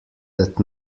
that